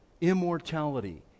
Immortality